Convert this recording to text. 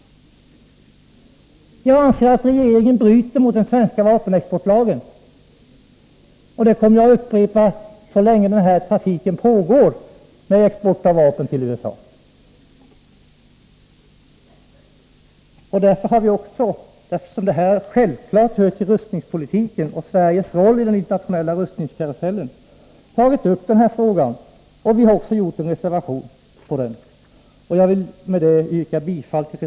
Jag anser att regeringen bryter mot den svenska vapenexportlagen, och det kommer jag att upprepa så länge den här trafiken med export av vapen till USA pågår. Eftersom detta självklart hör till rustningspolitiken och Sveriges roll i den internationella rustningskarusellen har vi även avgivit en reservation, nr 3, som jag vill yrka bifall till.